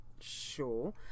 sure